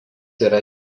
yra